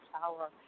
power